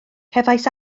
cefais